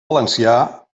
valencià